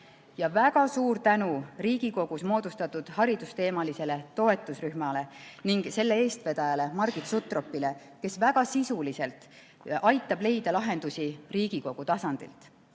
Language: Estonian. Ja väga suur tänu Riigikogus moodustatud haridusteemalisele toetusrühmale ning selle eestvedajale Margit Sutropile, kes väga sisuliselt aitab leida lahendusi Riigikogu tasandil!